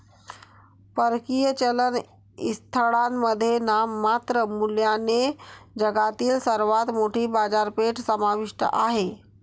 परकीय चलन स्थळांमध्ये नाममात्र मूल्याने जगातील सर्वात मोठी बाजारपेठ समाविष्ट आहे